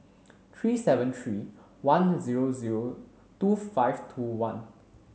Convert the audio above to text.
three seven three one zero zero two five two one